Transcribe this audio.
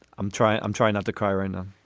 i'm trying i'm trying not to cry right now